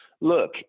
look